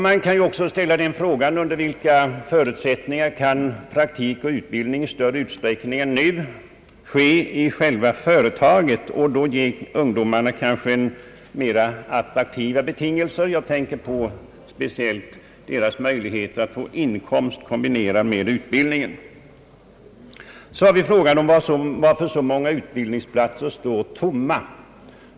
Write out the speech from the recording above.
Man kan också fråga under vilka förutsättningar praktik och utbildning i större utsträckning än nu kan ske i själva företaget och då ge ungdomarna mera attraktiva betingelser. Jag tänker speciellt på deras möjligheter att kombinera utbildning med inkomst. Så har vi frågan om varför så många utbildningsplatser står tomma.